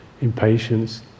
impatience